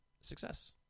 success